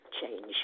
change